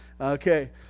okay